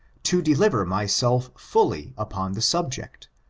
to deliver myself fully upon the subject,